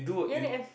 E N F